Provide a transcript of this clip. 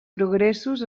progressos